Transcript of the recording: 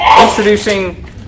introducing